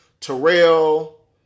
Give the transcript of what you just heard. Terrell